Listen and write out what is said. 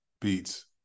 beats